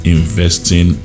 investing